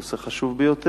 נושא חשוב ביותר.